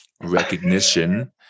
Recognition